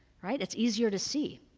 right? it's easier to see.